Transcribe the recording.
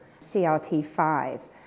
CRT5